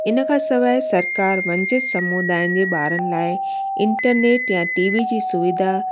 इन खां सवाइ सरकारु वंचित समुदायनि जे ॿारनि लाइ इंटरनेट यां टीवी जी सुविधा